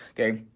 okay.